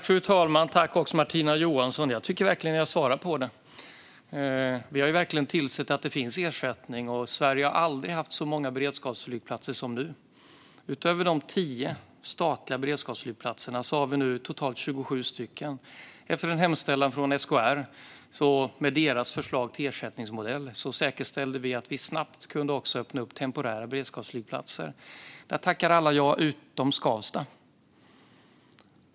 Fru talman! Jag tycker att jag har svarat på frågan. Vi har verkligen tillsett att det finns ersättning, och Sverige har aldrig haft så många beredskapsflygplatser som nu. Utöver de tio statliga beredskapsflygplatserna finns nu totalt 27. Efter en hemställan från SKR, med deras förslag till ersättningsmodell, säkerställde vi att vi snabbt kunde öppna temporära beredskapsflygplatser. Där tackade alla utom Skavsta ja.